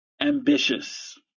ambitious